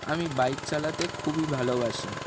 আমি বাইক চালাতে খুবই ভালোবাসি